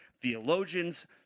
theologians